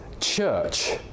church